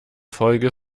folge